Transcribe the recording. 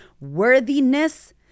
worthiness